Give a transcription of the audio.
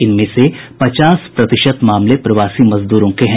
इनमें से पचास प्रतिशत मामले प्रवासी मजदूरों के हैं